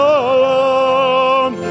alone